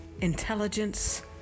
intelligence